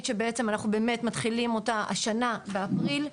שאנחנו באמת מתחילים אותה השנה באפריל,